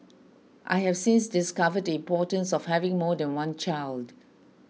I have since discovered the importance of having more than one child